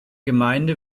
gemeinde